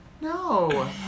No